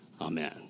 amen